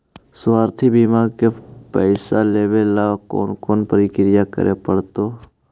स्वास्थी बिमा के पैसा लेबे ल कोन कोन परकिया करे पड़तै?